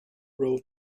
road